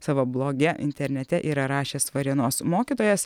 savo bloge internete yra rašęs varėnos mokytojas